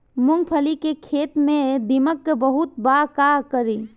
मूंगफली के खेत में दीमक बहुत बा का करी?